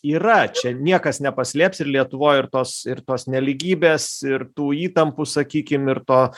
yra čia niekas nepaslėps ir lietuvoj ir tos ir tos nelygybės ir tų įtampų sakykim ir to